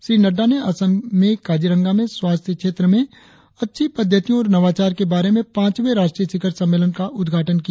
श्री नड्डा ने असम में काजीरंगा में स्वास्थ्य क्षेत्र में अच्छी पद्धतियों और नवाचार के बारे में पांचवें राष्ट्रीय शिखर सम्मेलन का उद्घाटन किया